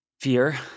fear